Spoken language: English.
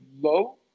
low